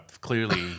clearly